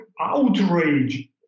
outrage